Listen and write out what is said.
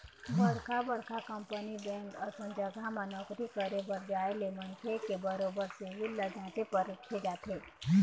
बड़का बड़का company bank असन जघा म नौकरी करे बर जाय ले मनखे के बरोबर सिविल ल जाँचे परखे जाथे